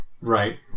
Right